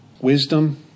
wisdom